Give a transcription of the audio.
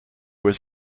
was